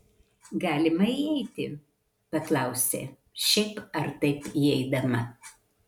galima įeiti paklausė šiaip ar taip įeidama